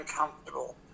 uncomfortable